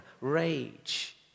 rage